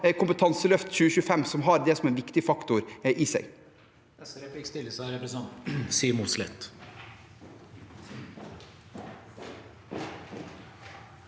Kompetanseløft 2025, som har det som en viktig faktor i seg.